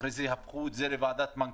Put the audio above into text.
אחרי זה הפכו את זה לוועדת מנכ"לים,